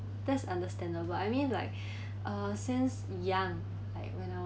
that's understandable I mean like uh since young like when I